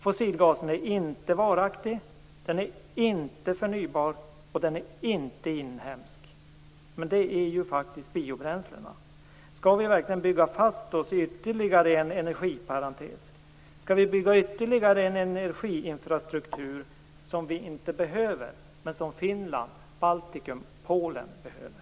Fossilgasen är inte varaktig, den är inte förnybar och den är inte inhemsk, men det är ju faktiskt biobränslena. Skall vi verkligen bygga fast oss i ytterligare en energiparentes? Skall vi bygga ytterligare en energiinfrastruktur som vi inte behöver, men som Finland, Baltikum och Polen behöver?